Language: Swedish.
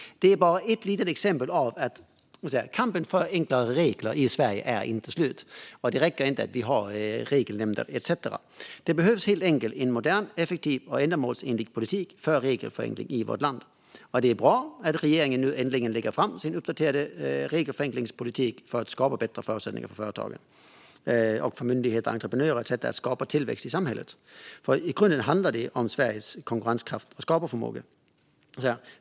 Detta är bara ett litet exempel på att kampen för att enklare regler inte är slut, och det räcker inte att vi har regelnämnder etcetera. Det behövs en modern, effektiv och ändamålsenlig politik för regelförenkling i vårt land. Det är bra att regeringen nu äntligen lägger fram sin uppdaterade regelförenklingspolitik för att skapa bättre förutsättningar för företag, myndigheter, entreprenörer etcetera att skapa tillväxt i samhället. I grunden handlar det om Sveriges konkurrenskraft och skaparförmåga.